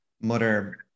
mother